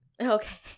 Okay